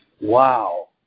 Wow